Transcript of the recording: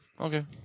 Okay